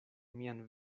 mian